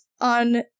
on